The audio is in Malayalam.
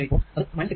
8 വോൾട് അത് 6